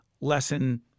lesson